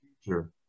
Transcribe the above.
future